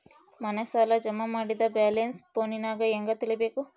ಮನೆ ಸಾಲ ಜಮಾ ಮಾಡಿದ ಬ್ಯಾಲೆನ್ಸ್ ಫೋನಿನಾಗ ಹೆಂಗ ತಿಳೇಬೇಕು?